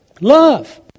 Love